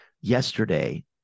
yesterday